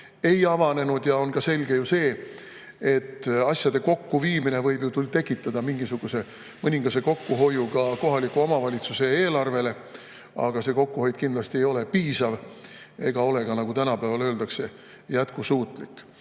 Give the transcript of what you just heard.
ei avanenud. Ja on ju selge ka see, et asjade kokkuviimine võib küll tekitada mingisuguse mõningase kokkuhoiu ka kohaliku omavalitsuse eelarves, aga see kokkuhoid kindlasti ei ole piisav ega ole ka, nagu tänapäeval öeldakse, jätkusuutlik.